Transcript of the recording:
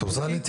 בוקר טוב.